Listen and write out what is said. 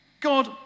God